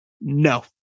No